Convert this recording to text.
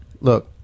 look